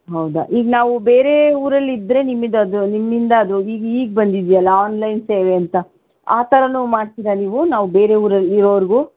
ಹೌದಾ ಈಗ ನಾವು ಬೇರೆ ಊರಲ್ಲಿದ್ದರೆ ನಿಮಗದು ನಿಮ್ಮಿಂದ ಅದು ಈಗ ಈಗ ಬಂದಿದ್ದೆಯಲ್ಲ ಆನ್ಲೈನ್ ಸೇವೆ ಅಂತ ಆ ಥರನೂ ಮಾಡ್ತೀರಾ ನೀವು ನಾವು ಬೇರೆ ಊರಲ್ಲಿ ಇರೋವ್ರಿಗೂ